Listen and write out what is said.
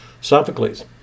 Sophocles